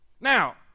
Now